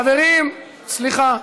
חברים, סליחה.